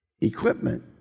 equipment